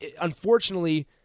unfortunately